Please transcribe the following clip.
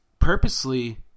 purposely